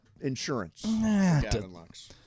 Insurance